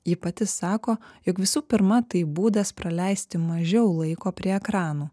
ji pati sako jog visų pirma tai būdas praleisti mažiau laiko prie ekranų